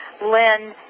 Lynn